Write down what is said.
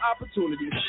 opportunities